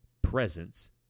presence